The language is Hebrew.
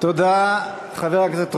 תודה לחבר הכנסת רותם.